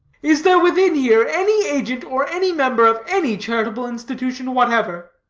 is there within here any agent or any member of any charitable institution whatever?